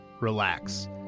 relax